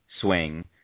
swing